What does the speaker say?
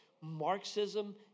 Marxism